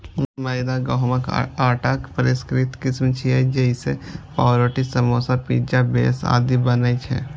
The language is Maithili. मैदा गहूंमक आटाक परिष्कृत किस्म छियै, जइसे पावरोटी, समोसा, पिज्जा बेस आदि बनै छै